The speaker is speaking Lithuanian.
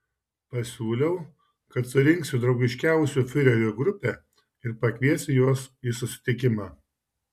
pasiūliau kad surinksiu draugiškiausių fiurerių grupę ir pakviesiu juos į susitikimą